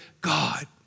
God